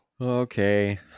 Okay